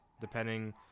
depending